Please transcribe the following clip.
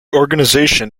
organisation